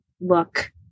look